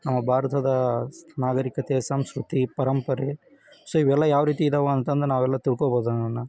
ನಮ್ಮ ಭಾರತದ ನಾಗರೀಕತೆ ಸಂಸ್ಕೃತಿ ಪರಂಪರೆ ಸೊ ಇವೆಲ್ಲ ಯಾವ ರೀತಿ ಇದಾವ ಅಂತಂದು ನಾವೆಲ್ಲ ತಿಳ್ಕೊಳ್ಬೋದು ಅದನ್ನು